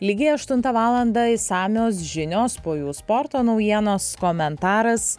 lygiai aštuntą valandą išsamios žinios po jų sporto naujienos komentaras